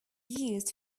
used